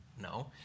No